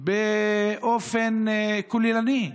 באופן כוללני,